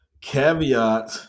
caveat